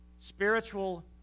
Spiritual